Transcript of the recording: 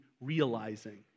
realizing